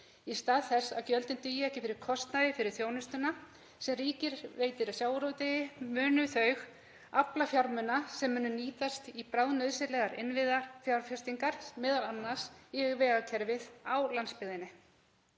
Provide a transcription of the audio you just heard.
Í stað þess að gjöldin dugi ekki fyrir kostnaði fyrir þjónustuna sem ríkið veitir sjávarútvegi munu þau afla fjármuna sem munu nýtast í bráðnauðsynlegar innviðafjárfestingar, m.a. í vegakerfið á landsbyggðinni.